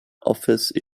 office